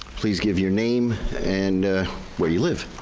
please give your name and where you live.